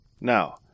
Now